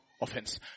offense